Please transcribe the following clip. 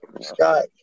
Scott